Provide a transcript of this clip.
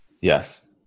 yes